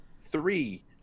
three